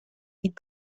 est